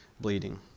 Bleeding